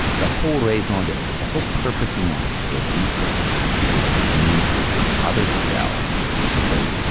the whole raison d' eatre, the whole purpose in life for a b-cell is to communicate with other cells and say,